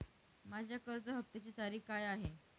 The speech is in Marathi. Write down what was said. माझ्या कर्ज हफ्त्याची तारीख काय आहे?